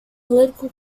political